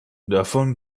davon